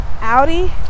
Audi